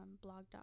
blog